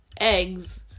eggs